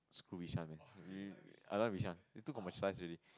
screw Bishan man I don't like Bishan is too commercialize already